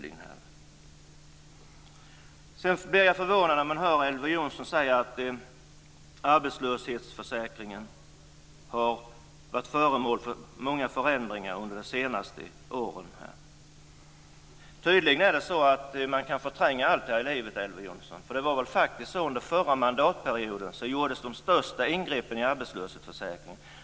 Man blir förvånad när man hör Elver Jonsson säga att arbetslöshetsförsäkringen har varit föremål för många förändringar under de senaste åren. Tydligen kan man förtränga allt här i livet. Det var under förra mandatperioden som det gjordes de största ingreppen i arbetslöshetsförsäkringen.